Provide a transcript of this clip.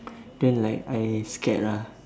then like I scared ah